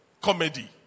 comedy